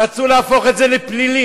רצו להפוך את זה לפלילי.